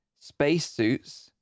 spacesuits